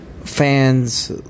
fans